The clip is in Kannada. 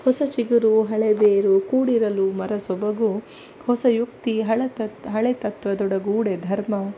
ಹೊಸ ಚಿಗುರು ಹಳೆ ಬೇರು ಕೂಡಿರಲು ಮರ ಸೊಬಗು ಹೊಸ ಯುಕ್ತಿ ಹಳ ತತ್ ಹಳೆ ತತ್ವದೊಡಗೂಡೆ ಧರ್ಮ